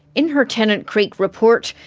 in her tennant creek report,